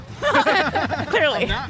Clearly